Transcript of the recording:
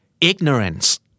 Ignorance